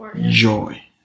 Joy